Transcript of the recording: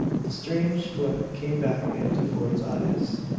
the strange glint came back into fort's eyes.